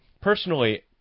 personally